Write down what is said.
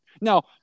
Now